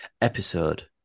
episode